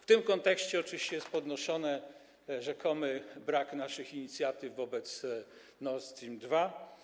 W tym kontekście oczywiście jest podnoszony rzekomy brak naszych inicjatyw wobec Nord Stream 2.